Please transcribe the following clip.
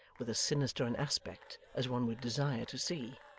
with as sinister an aspect as one would desire to see.